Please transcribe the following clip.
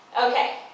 Okay